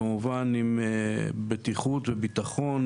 כמובן עם בטיחות וביטחון,